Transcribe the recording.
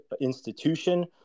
institution